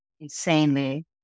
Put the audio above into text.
insanely